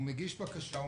הוא מגיש בקשה,